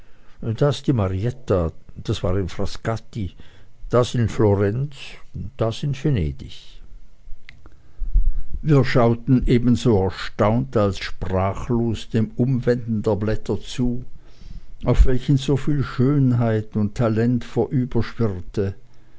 das die marietta das war in frascati das in florenz das in venedig wir schauten ebenso erstaunt als sprachlos dem umwenden der blätter zu auf welchen soviel schönheit und talent